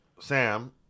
Sam